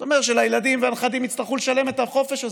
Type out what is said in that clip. זה אומר שהילדים והנכדים יצטרכו לשלם את החופש הזה.